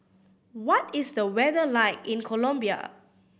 what is the weather like in Colombia